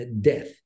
death